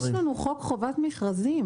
יש לנו חוק חובת מכרזים.